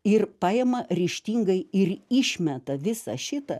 ir paima ryžtingai ir išmeta visą šitą